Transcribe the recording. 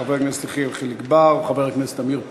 חבר הכנסת יחיאל חיליק בר וחבר הכנסת עמיר פרץ.